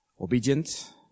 obedient